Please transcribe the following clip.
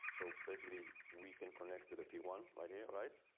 so basically we can connect to the p one right here right.